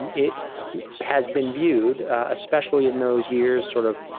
and it has been viewed, especially in those years, sort of,